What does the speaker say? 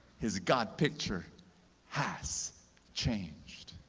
his god picture has changed.